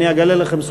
אני אגלה לכם סוד,